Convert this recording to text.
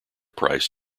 price